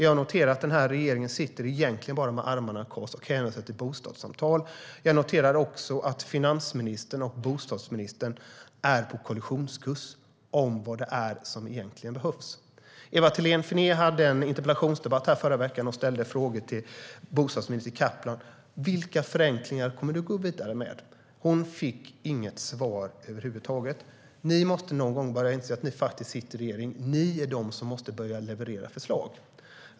Jag noterar att regeringen egentligen bara sitter med armarna i kors och hänvisar till bostadssamtal. Jag noterar också att finansministern och bostadsministern är på kollissionskurs om vad som egentligen behövs. Ewa Thalén Finné hade en interpellationsdebatt här i förra veckan och ställde frågor till bostadsminister Kaplan om vilka förenklingar han kommer att gå vidare med. Hon fick inget svar över huvud taget. Ni måste någon gång inse att ni faktiskt sitter i regeringen. Ni är de som måste börja leverera förslag.